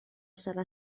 serà